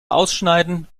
ausschneiden